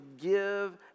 give